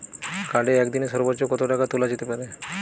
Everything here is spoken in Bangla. কার্ডে একদিনে সর্বোচ্চ কত টাকা তোলা যেতে পারে?